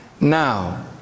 Now